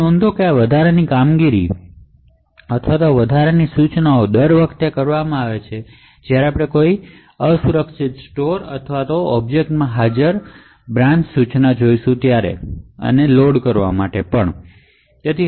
નોંધો કે આ વધારાની કામગીરી અથવા આ વધારાની ઇન્સટ્રકશનશ જ્યારે આપણે કોઈ અસુરક્ષિત સ્ટોર અથવા ઑબ્જેક્ટમાં હાજર બ્રાન્ચ ઇન્સટ્રકશન જોશું કે જેને આપણે લોડ કરવા માંગીએ છીએ ત્યારે દર વખતે કરવામાં આવે છે